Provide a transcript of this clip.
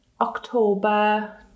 October